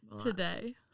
today